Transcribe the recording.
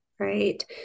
right